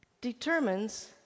determines